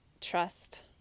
trust